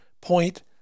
point